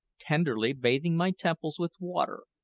tenderly bathing my temples with water,